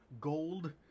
gold